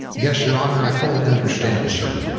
yes, your honor. i fully understand, sir.